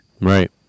Right